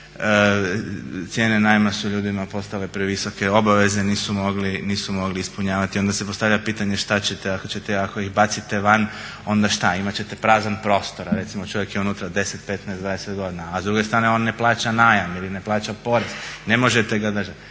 Cijene najma su ljudima postale previsoke, obaveze nisu mogli ispunjavati. Onda se postavlja pitanje šta ćete, ako ih bacite van onda šta imat ćete prazan prostor, a recimo čovjek unutra 10, 15, 20 godina. A s druge strane on ne plaća najam ili ne plaća pore, ne možete ga.